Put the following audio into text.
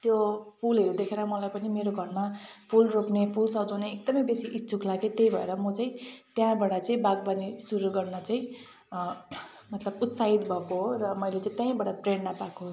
त्यो फुलहरू देखेर मलाई पनि मेरो घरमा फुल रोप्ने फुल सजाउने एकदमै बेसी इच्छुक लाग्यो त्यही भएर म चाहिँ त्यहाँबाट चाहिँ बागवानी सुरु गर्न चाहिँ मतलब उत्साहित भएको हो र मैले चाहिँ त्यहीँबाट प्रेरणा पाएको हो